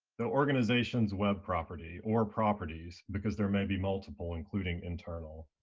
the organization's web property or properties, because there may be multiple, including internal.